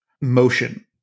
motion